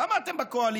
למה אתם בקואליציה?